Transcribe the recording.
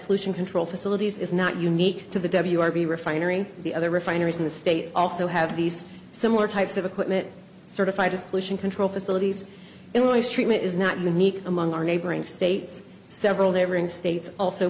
pollution control facilities is not unique to the w r b refinery the other refineries in the state also have these similar types of equipment certified as pollution control facilities in roy's treatment is not unique among our neighboring states several neighboring states also